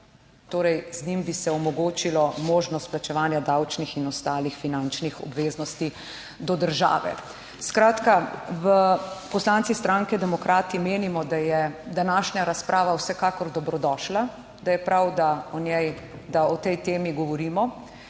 z njim bi se omogočilo možnost plačevanja davčnih in ostalih finančnih obveznosti do države. Skratka, poslanci Socialne demokrati menimo, da je današnja razprava vsekakor dobrodošla, da je prav, da o njej, da o tej temi govorimo,